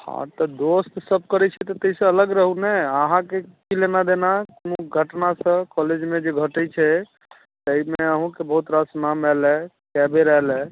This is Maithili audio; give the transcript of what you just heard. हँ तऽ दोस्त सब करै छै तऽ ताहि सऽ अलग रहु ने अहाँके की लेना देना कोनो घटनासँ कॉलेजमे जे घटै छै ताहिमे अहुँके बहुत रास नाम आएल हइ कए बेर आएल हइ